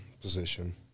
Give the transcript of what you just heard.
position